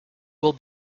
will